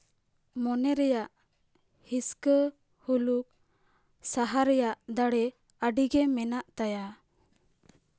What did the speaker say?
ᱢᱚᱱᱮ ᱨᱮᱭᱟᱜ ᱦᱤᱥᱠᱟᱹ ᱦᱩᱞᱩᱠ ᱥᱟᱦᱟ ᱨᱮᱭᱟᱜ ᱫᱟᱲᱮ ᱟᱹᱰᱤᱜᱮ ᱢᱮᱱᱟᱜ ᱛᱟᱭᱟ